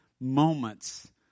moments